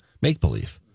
make-believe